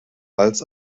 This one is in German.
als